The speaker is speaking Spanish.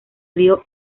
río